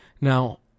Now